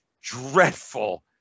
dreadful